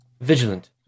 vigilant